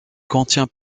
contient